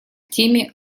теме